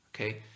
Okay